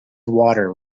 water